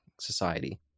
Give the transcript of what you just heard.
society